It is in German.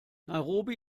nairobi